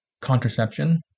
contraception